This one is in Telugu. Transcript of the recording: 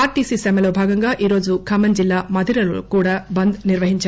ఆర్టీసీ సమ్మెలో భాగంగా ఈరోజు ఖమ్మం జిల్లా మధిరలోకూడా బంద్ నిర్వహించారు